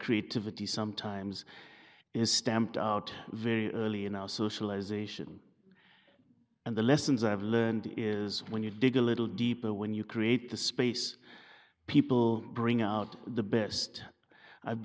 creativity sometimes is stamped out very early in our socialization and the lessons i've learned is when you dig a little deeper when you create the space people bring out the best i've